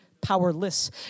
powerless